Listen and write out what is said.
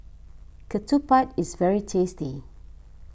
Ketupat is very tasty